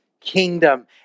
kingdom